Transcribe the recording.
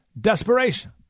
Desperation